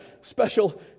special